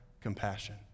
compassion